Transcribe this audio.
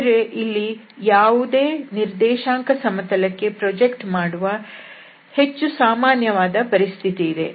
ಆದರೆ ಇಲ್ಲಿ ಯಾವುದೇ ನಿರ್ದೇಶಾಂಕ ಸಮತಲ ಕ್ಕೆ ಪ್ರಾಜೆಕ್ಟ್ ಮಾಡುವ ಹೆಚ್ಚು ಸಾಮಾನ್ಯವಾದ ಪರಿಸ್ಥಿತಿ ಇದೆ